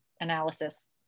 analysis